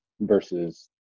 versus